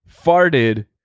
farted